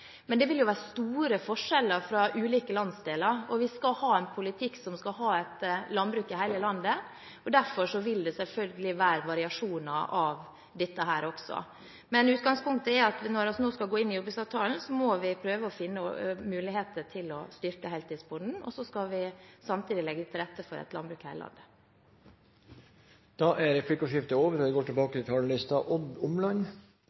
Men det vil være store forskjeller fra landsdel til landsdel. Vi skal ha en politikk der det legges til rette for at vi skal ha landbruk i hele landet. Derfor vil det selvfølgelig også være variasjoner her. Utgangspunktet når vi skal ta for oss jordbruksavtalen, er at må vi prøve å finne muligheter til å styrke heltidsbonden. Samtidig skal vi legge til rette for et landbruk i hele landet. Replikkordskiftet er omme. Jeg vil starte med å gi uttrykk for at det går